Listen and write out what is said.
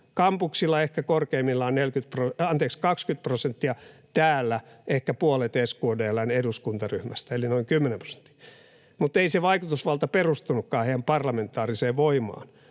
kampuksilla ehkä korkeimmillaan 20 prosenttia, täällä ehkä puolet SKDL:n eduskuntaryhmästä, eli noin 10 prosenttia. Mutta ei se vaikutusvalta perustunutkaan heidän parlamentaariseen voimaansa,